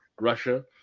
Russia